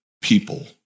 people